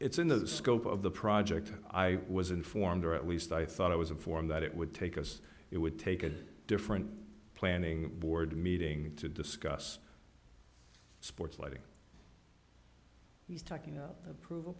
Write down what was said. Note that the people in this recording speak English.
it's in the scope of the project i was informed or at least i thought i was informed that it would take us it would take a different planning board meeting to discuss sports lighting he's talking of prove